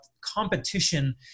competition